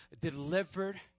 delivered